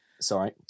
sorry